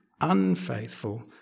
unfaithful